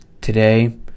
today